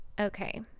Okay